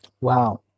wow